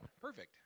perfect